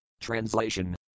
Translation